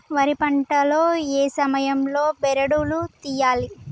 వరి పంట లో ఏ సమయం లో బెరడు లు తియ్యాలి?